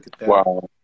Wow